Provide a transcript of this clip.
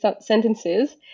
sentences